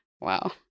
Wow